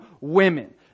women